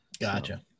gotcha